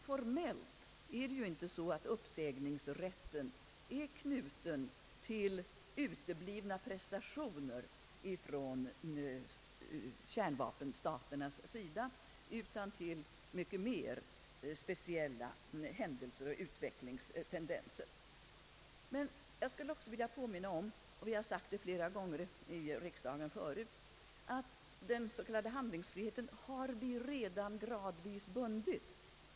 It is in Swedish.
Formellt är inte uppsägningsrätten knuten till uteblivna prestationer från kärnvapenstaternas sida utan till mycket mer extraordinära händelser och utvecklingstendenser. Jag skulle också vilja påminna om — från regeringens sida har det flera gånger tidigare sagts i riksdagen -— att vi redan gradvis har bundit den s.k. handlingsfriheten.